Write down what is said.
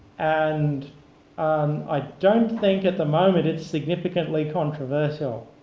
and i don't think at the moment it's significantly controversial.